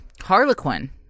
Harlequin